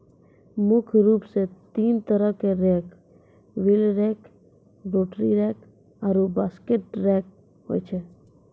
मुख्य रूप सें तीन तरहो क rake wheel rake, rotary rake आरु बास्केट रेक होय छै